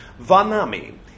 Vanami